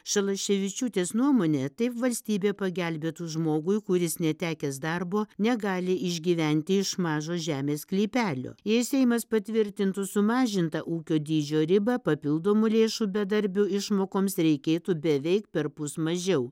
šalaševičiūtės nuomone taip valstybė pagelbėtų žmogui kuris netekęs darbo negali išgyventi iš mažo žemės sklypelio jei seimas patvirtintų sumažintą ūkio dydžio ribą papildomų lėšų bedarbių išmokoms reikėtų beveik perpus mažiau